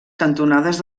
cantonades